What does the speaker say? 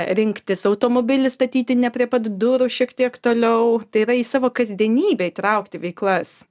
rinktis automobilį statyti ne prie pat durų o šiek tiek toliau tai yra į savo kasdienybę įtraukti veiklas